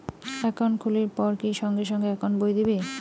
Account খুলির পর কি সঙ্গে সঙ্গে একাউন্ট বই দিবে?